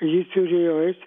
ji turėjo eit